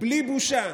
בלי בושה,